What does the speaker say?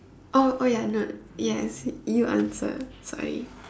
oh oh ya no yes you answer sorry